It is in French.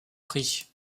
prix